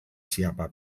siapa